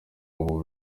ubu